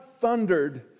thundered